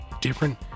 different